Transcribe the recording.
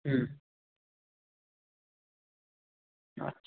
হুম আচ্ছা